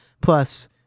Plus